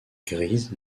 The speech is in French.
grise